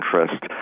interest